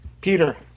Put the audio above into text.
Peter